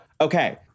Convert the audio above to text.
Okay